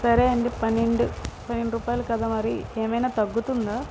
సరే అండి పన్నెండు రూపాయలు కదా మరి ఏమైనా తగ్గుతుందా